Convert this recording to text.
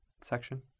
section